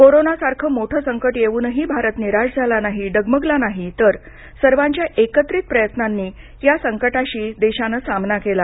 कोरोनासारखं मोठं संकट येऊनही भारत निराश झाला नाही डगमगला नाही तर सर्वांच्या एकत्रित प्रयत्नांनी या संकटाशी देशानं सामना केला